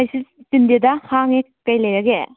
ꯀꯩꯁꯨ ꯆꯤꯟꯗꯦꯗ ꯍꯥꯡꯉꯤ ꯀꯩ ꯂꯩꯔꯒꯦ